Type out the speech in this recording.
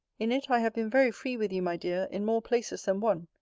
in it i have been very free with you, my dear, in more places than one.